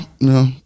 no